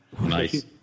Nice